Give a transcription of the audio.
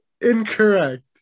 Incorrect